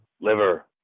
liver